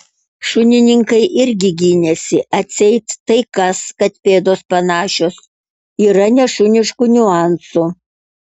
šunininkai irgi gynėsi atseit tai kas kad pėdos panašios yra nešuniškų niuansų